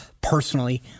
personally